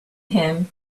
him